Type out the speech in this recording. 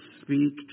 speak